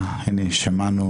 והנה שמענו